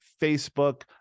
Facebook